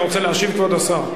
אתה רוצה להשיב, כבוד השר?